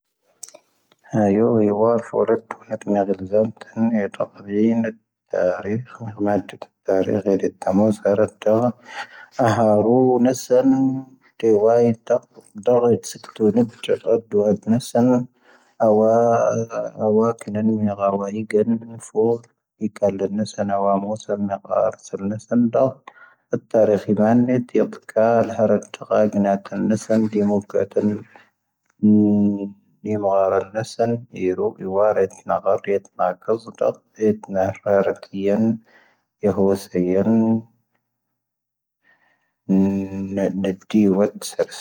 ⵏⴰⵡⴰⴻ ⵡⴰ ⵢⵉⵜ ⵜⴰⵔⴰⴽ ⵀⴰⴷⵏⴰ ⴳⵉⵍⴱⴰⵏ ⵢⴻ ⵜⴰⴽⵡⵉⵔ ⵜⴰⵔⵉⴽ ⵢⵉⵜ ⵜⴰⵎⵓⴷ ⵣⴰⵔⴰⵜ ⴰⵀⴰ ⵀⴰⵔⵓⵏ ⵏⴰⵙⴰⵏ ⵜⴻ ⵡⴰⵉⵏ ⵜⴰⵇ ⵜⴰⴳⴰ ⵙⵉⵜⵜⵓⵏⴻⵜ ⵜⴰⵀⵓⴷⴷⵓ ⵀⴰⵜⵏⴻⵜ ⵀⴰⵡⵡⴰ ⴷⴻ ⵙⴰⵉ ⴼⴰⵜⵏⴻ ⴳⴰ ⵡⴻ ⵏⴰⵙⴰⴽ ⵏⴰⴼⵓⴷ ⴽⴰⵍⵉⵎⵓ ⵙⴰⵏⴰⴽ ⵀⴰⵡⴰ ⵎⵓⵙⴰⵏ ⵏⴰⵙⵔⴰ ⵏⴰⴼⴰⵏ ⴷⴰⴰⴷ ⵜⴰⵔⴻ ⴼⴰⵏⵉⴷ ⵢⴻⵜ ⴽⴰ ⵉ ⴷ ⵀⴰⵜⴰⵔⵜ ⵜⴰⴳⴰⵉⵏ ⵏⴰⵜ ⵀⴰⵜⵜⴰ ⵏⴰⵙⴰⵏ ⵎⵓⵜⴰⵇⵉⵍ ⴼⵉⴻ ⵎⴰⵀⴰⵔⴰⵜ ⵏⴰⵙⴰⵏ ⵜⵉⵔⵓ ⵀⵉⵡⴰⵔⴰⵜ ⵜⵉⵡⵓⵜ ⵜⵉⵡⵓⵜ ⵀⵓⵙⴰⵉ ⵢⴻⵙⵙⴰⵔⴰⵏ ⵀⵉⵏⵏⴰⵜ ⵜⴻⵙⵉⵏ